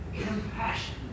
compassion